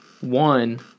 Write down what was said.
One